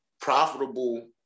profitable